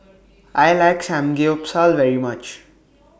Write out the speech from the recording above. I like Samgeyopsal very much